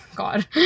God